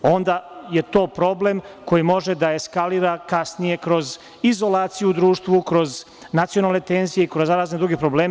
Onda je to problem koji može da eskalira kasnije kroz izolaciju u društvu, kroz nacionalne tenzije, kroz razne druge probleme.